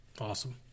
Awesome